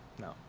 no